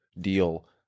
deal